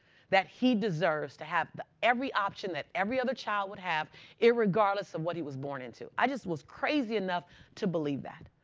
that he deserves to have every option that every other child would have irregardless of what he was born into. i just was crazy enough to believe that.